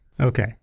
Okay